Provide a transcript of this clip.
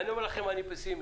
אני פסימי,